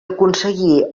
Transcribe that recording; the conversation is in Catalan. aconseguir